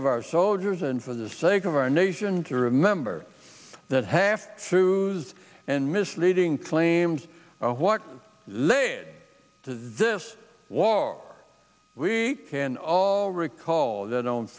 of our soldiers and for the sake of our nation to remember that half truths and misleading claims of what led to this war we can all recall that